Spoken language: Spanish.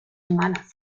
humanas